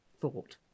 thought